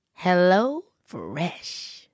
HelloFresh